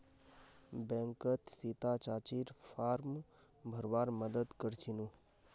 बैंकत सीता चाचीर फॉर्म भरवार मदद कर छिनु